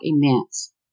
immense